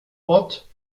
ort